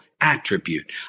attribute